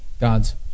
God's